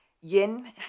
Yin